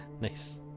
Nice